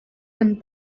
and